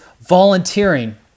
volunteering